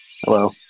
Hello